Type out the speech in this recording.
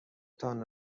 تان